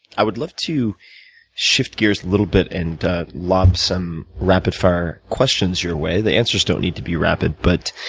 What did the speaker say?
i would love to shift gears a little bit and lob some rapid fire questions your way. the answers don't need to be rapid, but